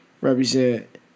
represent